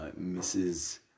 Mrs